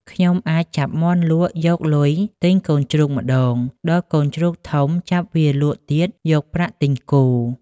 ខ្ញុំអាចចាប់មាន់លក់យកលុយទិញកូនជ្រូកម្តង ដល់កូនជ្រូកធំចាប់វាលក់ទៀតយកប្រាក់ទិញគោ...។